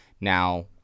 now